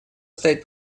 стоять